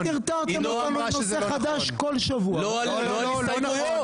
לא על הסתייגויות.